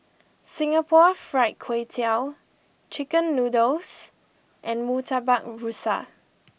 Singapore Fried Kway Tiao Chicken Noodles and Murtabak Rusa